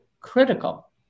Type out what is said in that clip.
critical